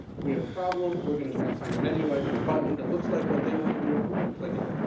we have a problem. we're going to try and find the menu item or button that looks like what they want to do and we're going to click it,